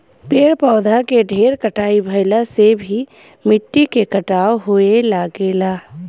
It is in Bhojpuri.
पेड़ पौधा के ढेर कटाई भइला से भी मिट्टी के कटाव होये लगेला